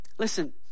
Listen